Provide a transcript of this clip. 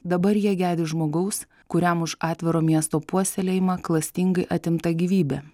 dabar jie gedi žmogaus kuriam už atviro miesto puoselėjimą klastingai atimta gyvybė